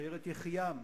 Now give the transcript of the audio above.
שיירת יחיעם,